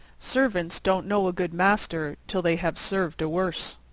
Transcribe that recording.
servants don't know a good master till they have served a worse.